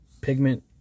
pigment